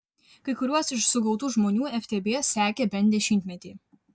kai kuriuos iš sugautų žmonių ftb sekė bent dešimtmetį